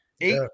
eight